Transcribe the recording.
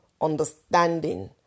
understanding